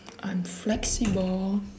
i'm flexible